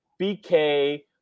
BK